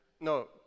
No